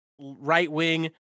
right-wing